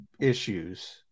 issues